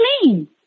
clean